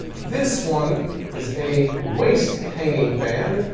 this one is a waist-hanging fan.